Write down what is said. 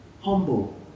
humble